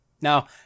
Now